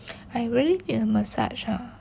I really need a massage lah